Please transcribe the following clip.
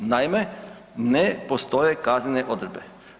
Naime, ne postoje kaznene odredbe.